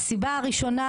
הסיבה הראשונה,